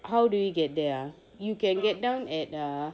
how do we get there you can get down at uh